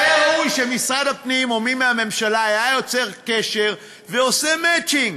והיה ראוי שמשרד הפנים או מי מהממשלה היה יוצר קשר ועושה מצ'ינג,